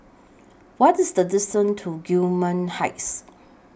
What IS The distance to Gillman Heights